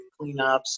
cleanups